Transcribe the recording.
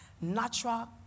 natural